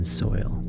soil